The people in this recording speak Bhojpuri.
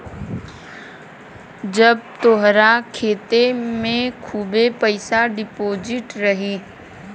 जब तोहरे खाते मे खूबे पइसा डिपोज़िट रही